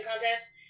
contest